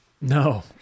No